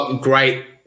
Great